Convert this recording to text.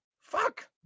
Fuck